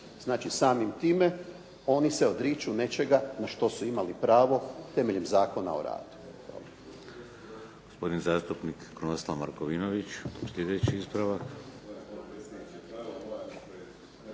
Znači, samim time oni se odriču nečega na što su imali pravo temeljem Zakona o radu.